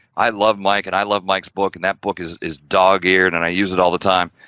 i love mike and i love mike's book and that book is is dog-eared and i use it all the time.